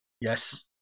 Yes